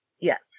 yes